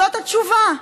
זאת התשובה.